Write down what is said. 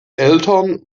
eltern